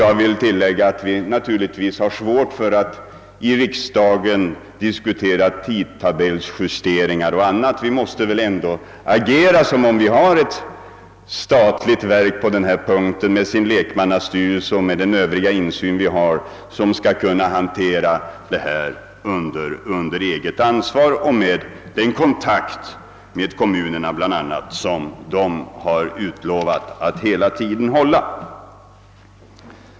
Jag vill tillägga, att det naturligtvis är svårt att sitta här och diskutera tidtabellsjusteringar och andra sådana saker, utan vi måste väl, eftersom det finns ett statligt verk med en lekmannastyrelse, som skall sköta hela denna verksamhet och agera på eget ansvar, lita på att detta verk tar de kontakter, bl.a. med kommunerna, som verket utlovat.